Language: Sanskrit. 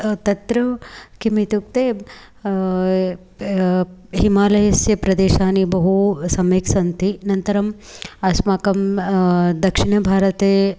तत्र किमित्युक्ते हिमालयस्य प्रदेशानि बहु सम्यक् सन्ति अनन्तरम् अस्माकं दक्षिणभारते